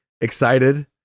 excited